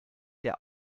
der